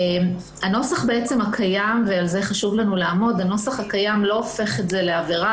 הנוסח הקיים לא הופך את זה לעבירה.